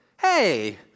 hey